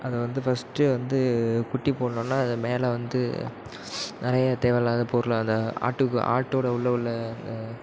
அதை வந்து ஃபர்ஸ்ட் வந்து குட்டி போடோன்னால் மேலே வந்து நிறையா தேவை இல்லாத பொருள் அந்த ஆட்டுக் ஆட்டோட உள்ளே உள்ள அந்த